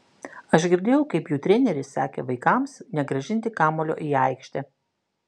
aš girdėjau kaip jų treneris sakė vaikams negrąžinti kamuolio į aikštę